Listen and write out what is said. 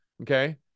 Okay